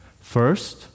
First